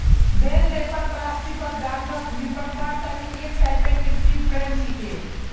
बेल wrapper प्लास्टिकत गांठक लेपटवार तने एक टाइपेर कृषि उपकरण छिके